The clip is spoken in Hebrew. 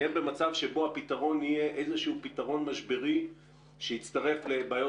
נהיה במצב שבו הפתרון יהיה איזשהו פתרון משברי שיצטרך לבעיות